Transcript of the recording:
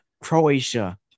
croatia